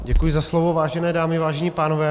Děkuji za slovo, vážené dámy, vážení pánové.